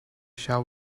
shall